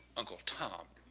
uncle tom,